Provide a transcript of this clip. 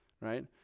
right